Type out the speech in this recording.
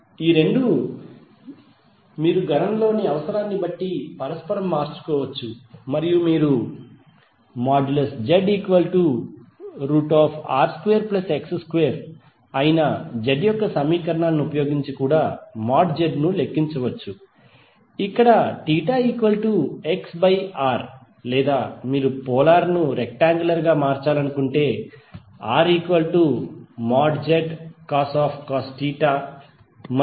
ఈ రెండు మీరు గణన లోని అవసరాన్ని బట్టి పరస్పరం మార్చుకోవచ్చు మరియు మీరుZR2X2 అయిన Z యొక్క సమీకరణాన్ని ఉపయోగించి Z ను లెక్కించవచ్చు ఇక్కడ θXR లేదా మీరు పోలార్ ను రెక్టాంగులర్ గా మార్చాలనుకుంటే మీరు RZcos మరియు